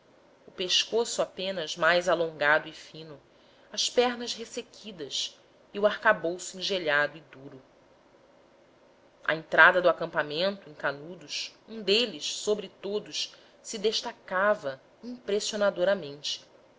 o pescoço apenas mais alongado e fino as pernas ressequidas e o arcabouço engelhado e duro à entrada do acampamento em canudos um deles sobre todos se destacava impressionadoramente fora